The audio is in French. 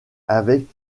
avec